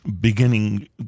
beginning